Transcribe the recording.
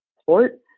sport